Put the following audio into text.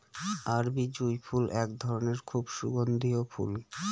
আরবি জুঁই ফুল এক ধরনের খুব সুগন্ধিও ফুল